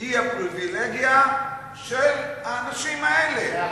היא הפריווילגיה של האנשים האלה.